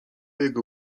jego